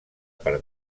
per